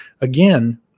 Again